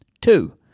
Two